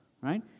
right